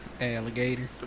Alligator